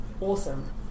Awesome